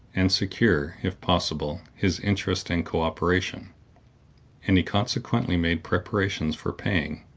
and secure, if possible, his interest and co-operation and he consequently made preparations for paying,